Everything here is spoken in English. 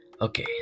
Okay